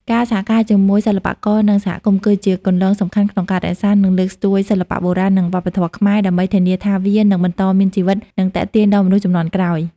ការសហការជាមួយសិល្បករ និងសហគមន៍ គឺជាគន្លងសំខាន់ក្នុងការរក្សា និងលើកស្ទួយសិល្បៈបុរាណ និងវប្បធម៌ខ្មែរ ដើម្បីធានាថាវានឹងបន្តមានជីវិត និងទាក់ទាញដល់មនុស្សជំនាន់ក្រោយ។